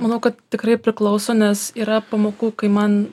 manau kad tikrai priklauso nes yra pamokų kai man